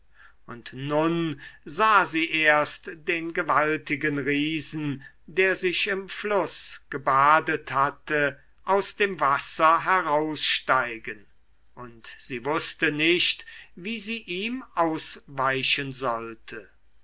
und nun sah sie erst den gewaltigen riesen der sich im fluß gebadet hatte aus dem wasser heraussteigen und sie wußte nicht wie sie ihm ausweichen sollte